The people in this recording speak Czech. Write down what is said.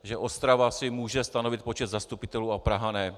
Že Ostrava si může stanovit počet zastupitelů a Praha ne?